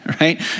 Right